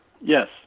Yes